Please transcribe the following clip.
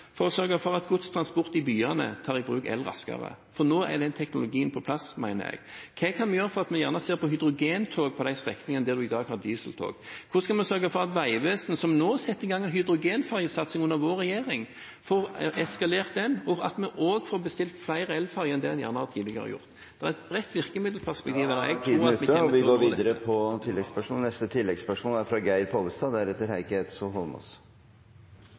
for å sørge for at de som driver med godstransport i byene, tar i bruk elbiler raskere. For nå er den teknologien på plass, mener jeg. Hva kan vi gjøre for at man ser på hydrogentog på de strekningene man i dag har dieseltog? Hvordan skal vi sørge for at Vegvesenet, som nå setter i gang en hydrogenferjesatsing under vår regjering, får eskalert den, og at vi også får bestilt flere elferjer enn det en har gjort tidligere? Det er et bredt virkemiddelperspektiv … Tiden er ute, og vi går videre.